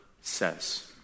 says